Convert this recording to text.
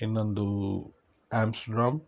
ಇನ್ನೊಂದು ಆ್ಯಮ್ಸ್ಡ್ರೊಮ್